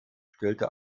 stellte